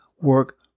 work